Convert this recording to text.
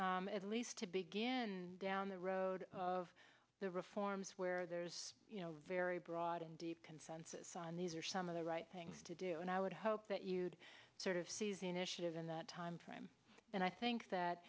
at least to begin down the road of the reforms where there's a very broad and deep consensus on these are some of the right things to do and i would hope that you'd sort of seize initiative in that timeframe and i think that